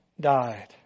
died